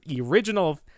original